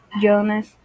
Jonas